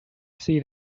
see